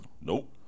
Nope